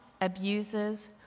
abuses